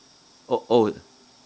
oh oh